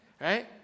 right